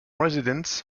residents